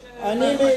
יש עוד אלמנטים שהם,